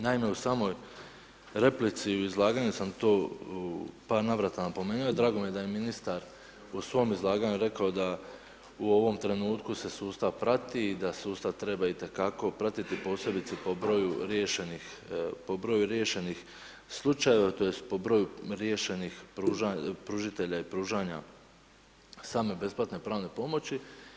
Naime, u samoj replici i u izlaganju sam to u par navrata napomenuo i drago mi je da je ministar u svom izlaganju rekao da u ovom trenutku se sustav prati i da sustav treba itekako pratiti posebice po broju riješenih slučajeva, tj. po broju riješenih pružitelja i pružanja same besplatne pravne pomoći.